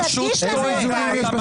תגיש לנו אותם.